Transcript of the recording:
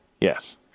Yes